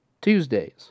Tuesdays